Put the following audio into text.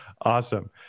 Awesome